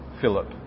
Philip